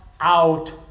out